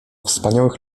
wspaniałych